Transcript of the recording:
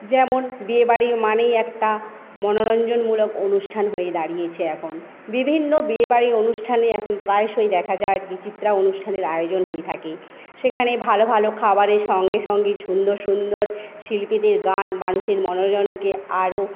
যেমন বিয়েবাড়ি মানেই একটা মনোরঞ্জনমূলক অনুষ্ঠান হয়ে দাঁড়িয়েছে এখন বিভিন্ন বিয়েবাড়ির অনুষ্ঠানে এখন প্রায়শই দেখা যায় বিচিত্রা অনুষ্ঠানের আয়োজন হয়ে থাকে সেখানে ভালো ভালো খাবারের সঙ্গে সঙ্গে সুন্দর সুন্দর শিল্পীদের গান মানুষের মনোরণকে আরো